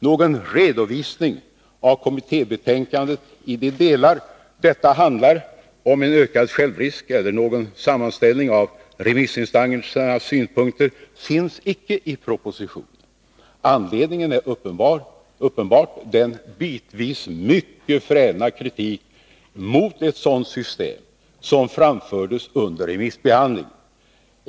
Någon redovisning av kommittébetänkandet i de delar detta handlar om en ökad självrisk eller någon sammanställning av remissinstansernas synpunkter finns inte i propositionen. Anledningen ar uppenbart den bitvis mycket fräna kritik mot ett sådant system som framfördes under remissbehandlingen.